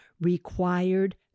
required